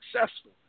successful